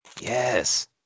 Yes